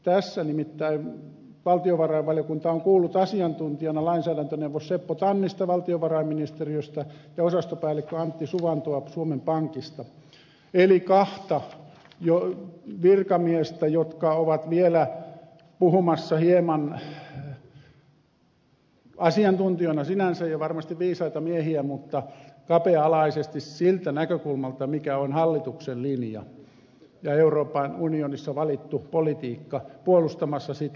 tässä nimittäin valtiovarainvaliokunta on kuullut asiantuntijoina lainsäädäntöneuvos seppo tannista valtiovarainministeriöstä ja osastopäällikkö antti suvantoa suomen pankista eli kahta virkamiestä jotka ovat vielä puhumassa asiantuntijoina sinänsä varmasti viisaita miehiä mutta hieman kapea alaisesti siltä näkökulmalta mikä on hallituksen linja ja euroopan unionissa valittu politiikka puolustamassa sitä